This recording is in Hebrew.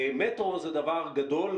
מטרו זה דבר גדול,